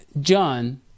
John